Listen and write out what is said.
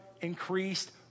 increased